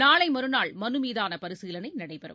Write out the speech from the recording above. நாளை மறுநாள் மனு மீதான பரிசீலனை நடைபெறும்